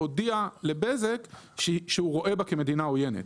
הודיע לבזק שהוא רואה בה כמדינה עוינת.